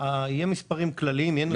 הציעה שיהיו מספרים כלליים.